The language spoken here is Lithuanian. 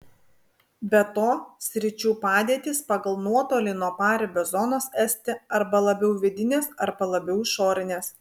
be to sričių padėtys pagal nuotolį nuo paribio zonos esti arba labiau vidinės arba labiau išorinės